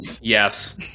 Yes